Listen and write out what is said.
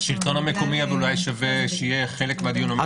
השלטון המקומי שווה שיהיה חלק מהדיון.